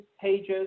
pages